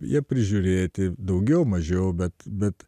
jie prižiūrėti daugiau mažiau bet bet